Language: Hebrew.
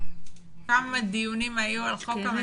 הם ניסו לעשות את זה.